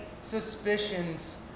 suspicions